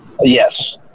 Yes